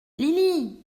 lily